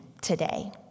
today